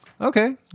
Okay